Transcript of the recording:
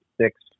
Six